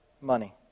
money